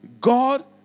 God